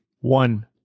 One